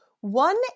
One